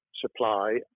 supply